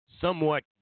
somewhat